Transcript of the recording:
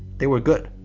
they were good.